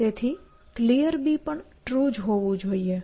તેથી Clear પણ true જ હોવું જોઈએ